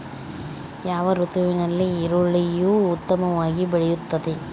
ಯಾವ ಋತುವಿನಲ್ಲಿ ಈರುಳ್ಳಿಯು ಉತ್ತಮವಾಗಿ ಬೆಳೆಯುತ್ತದೆ?